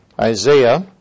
Isaiah